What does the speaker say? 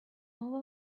over